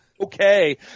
okay